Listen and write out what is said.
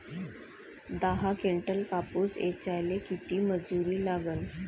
दहा किंटल कापूस ऐचायले किती मजूरी लागन?